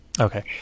okay